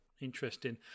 Interesting